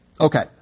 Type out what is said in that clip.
Okay